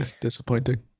Disappointing